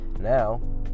Now